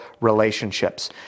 relationships